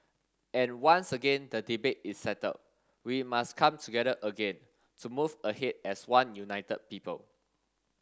and once again the debate is settled we must come together again to move ahead as one united people